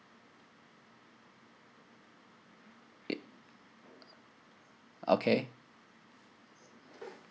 i~ okay